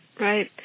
Right